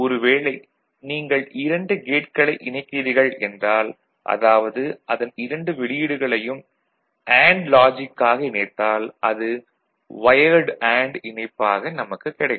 ஒரு வேளை நீங்கள் இரண்டு கேட்களை இணைக்கிறீர்கள் என்றால் அதாவது அதன் இரண்டு வெளியீடுகளையும் அண்டு லாஜிக்காக இணைத்தால் அது வையர்டு அண்டு இணைப்பாக நமக்குக் கிடைக்கும்